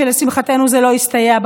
שלשמחתנו זה לא הסתייע,